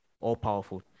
All-powerful